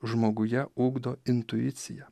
žmoguje ugdo intuiciją